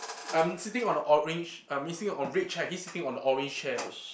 I'm sitting on the orange I'm sitting on red chair he's sitting on the orange chair